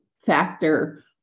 factor